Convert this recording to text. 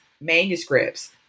manuscripts